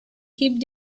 keep